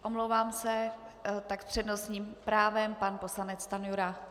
Omlouvám se, tak s přednostním právem pan poslanec Stanjura.